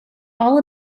all